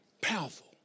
Powerful